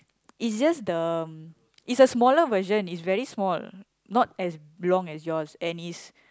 it's just the mm it's a smaller version it's very small not as long as yours and is